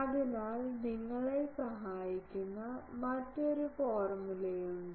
അതിനാൽ നിങ്ങളെ സഹായിക്കുന്ന മറ്റൊരു ഫോർമുലയുണ്ട്